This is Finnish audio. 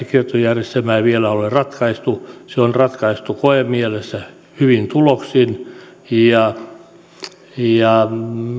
kiertojärjestelmää vielä ole ratkaistu se on ratkaistu koemielessä hyvin tuloksin ja ja